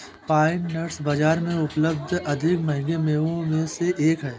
pine nuts बाजार में उपलब्ध अधिक महंगे मेवों में से एक हैं